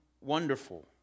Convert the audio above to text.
wonderful